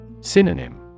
Synonym